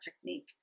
technique